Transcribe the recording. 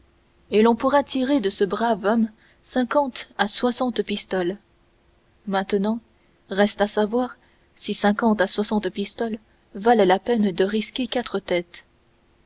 et l'on pourra tirer de ce brave homme cinquante à soixante pistoles maintenant reste à savoir si cinquante à soixante pistoles valent la peine de risquer quatre têtes